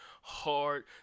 hard